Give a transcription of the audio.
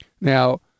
Now